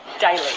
daily